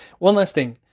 one last thing,